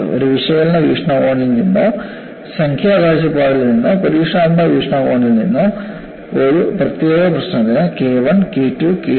ഒരു വിശകലന വീക്ഷണകോണിൽ നിന്നോ സംഖ്യാ കാഴ്ചപ്പാടിൽ നിന്നോ പരീക്ഷണാത്മക വീക്ഷണകോണിൽ നിന്നോ ഒരു പ്രത്യേക പ്രശ്നത്തിന് K 1 K 2 K 3